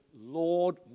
Lord